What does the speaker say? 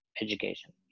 education